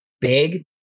big